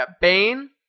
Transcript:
Bane